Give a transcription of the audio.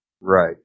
Right